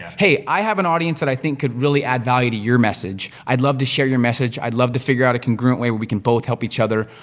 hey, i have an audience that i think could really add value to your message, i'd love to share your message, i'd love to figure out a congruent way where we can both help each other.